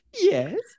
Yes